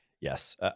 Yes